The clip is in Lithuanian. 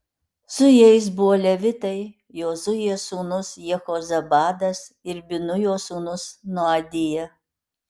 su jais buvo levitai jozuės sūnus jehozabadas ir binujo sūnus noadija